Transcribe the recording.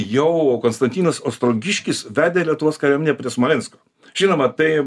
jau konstantinas ostrogiškis vedė lietuvos kariuomenę prie smolensko žinoma tai